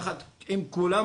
יחד עם כולם,